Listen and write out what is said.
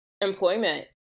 employment